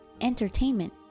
entertainment